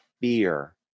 fear